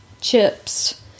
Chips